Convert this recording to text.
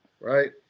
right